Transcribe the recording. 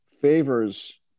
favors